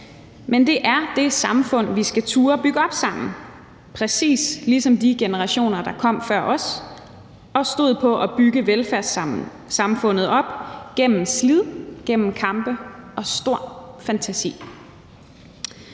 men det er det samfund, vi skal turde bygge op sammen, præcis ligesom de generationer, der kom før os, og som stod for at bygge velfærdssamfundet op gennem slid, gennem kampe og stor fantasi.